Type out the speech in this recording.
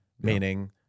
meaning